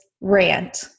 rant